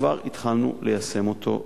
כבר התחלנו ליישם אותו.